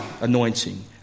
anointing